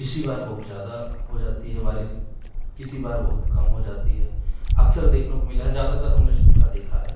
इसी बार बहुत ज्यादा हो जाती है बारिश किसी बार बहुत कम हो जाती है अक्सर देखने को मिला है ज्यादातर हमने सूखा देखा है